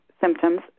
symptoms